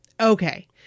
Okay